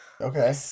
Okay